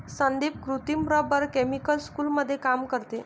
संदीप कृत्रिम rubber chemical स्कूलमध्ये काम करते